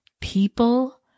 people